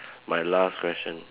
my last question